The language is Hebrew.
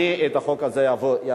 אני את החוק הזה אעביר.